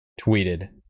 tweeted